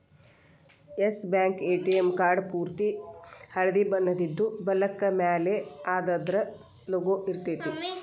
S Bank ATM card ಪೂರ್ತಿ ಹಳ್ದಿ ಬಣ್ಣದಿದ್ದು, ಬಲಕ್ಕ ಮ್ಯಾಲೆ ಅದರ್ದ್ ಲೊಗೊ ಇರ್ತೆತಿ